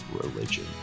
religion